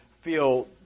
feel